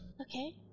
Okay